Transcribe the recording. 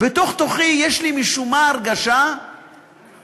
בתוך-תוכי יש לי משום מה הרגשה שגם